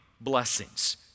blessings